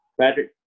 Patrick